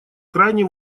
крайне